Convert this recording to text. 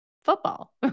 football